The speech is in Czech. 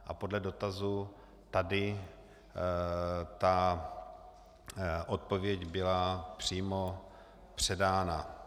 A podle dotazu tady ta odpověď byla přímo předána.